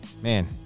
Man